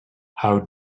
how